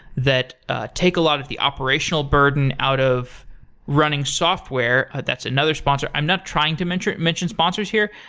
that take a lot of the operational burden out of running software. that's another sponsor. i'm not trying to mention mention sponsors here,